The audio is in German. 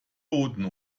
boden